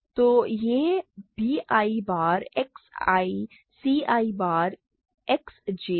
तो यह b i bar X i c i bar X j है